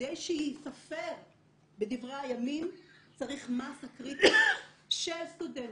כדי שייספר בדברי הימים צריך מאסה קריטית של סטודנטים,